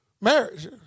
marriage